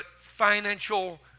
Financial